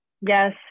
Yes